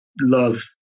love